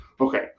Okay